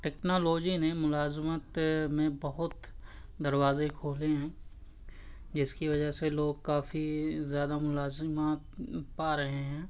technology نے ملازمت میں بہت دروازے کھولے ہیں جس کی وجہ سے لوگ کافی زیادہ ملازمات پا رہے ہیں